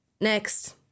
next